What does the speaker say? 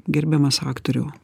gerbiamas aktoriau